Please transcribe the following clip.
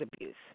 abuse